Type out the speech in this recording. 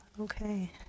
okay